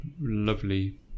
lovely